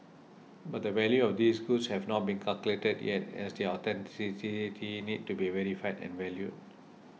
but the value of these goods have not been calculated yet as their authenticity need to be verified and valued